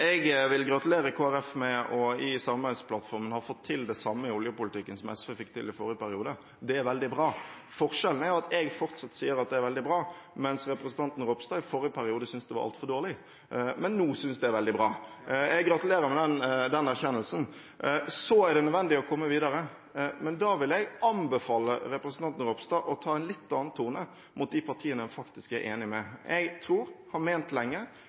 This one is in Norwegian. Jeg vil gratulere Kristelig Folkeparti med å ha fått til det samme i oljepolitikken i samarbeidsplattformen som SV fikk til i forrige periode. Det er veldig bra. Forskjellen er at jeg fortsatt sier at det er veldig bra, mens representanten Ropstad i forrige periode syntes det var altfor dårlig, men nå synes det er veldig bra. Jeg gratulerer med den erkjennelsen. Så er det nødvendig å komme videre. Da vil jeg anbefale representanten Ropstad å ta en litt annen tone mot de partiene en faktisk er enig med. Jeg tror og har lenge ment